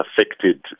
affected